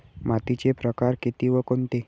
मातीचे प्रकार किती व कोणते?